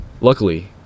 Luckily